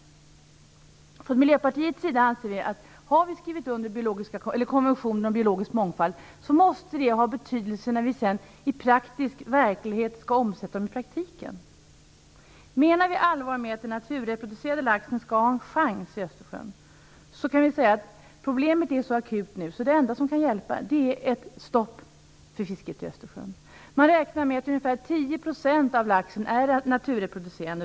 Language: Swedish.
Vi i Miljöpartiet anser att om vi har skrivit under konventionen om biologisk mångfald måste det ha betydelse när vi sedan skall omsätta den i praktisk verklighet. Menar vi allvar med att den naturreproducerande laxen skall ha en chans i Östersjön är problemet nu så akut att det enda som kan hjälpa är ett stopp för fisket i Östersjön. Man räknar med att ungefär 10 % av laxen är naturreproducerande.